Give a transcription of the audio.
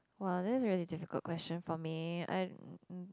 !wah! that's a really difficult question for me I